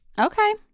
Okay